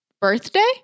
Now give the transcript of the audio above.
birthday